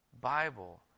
Bible